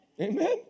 Amen